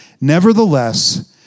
Nevertheless